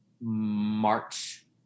March